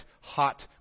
hot